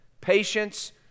patience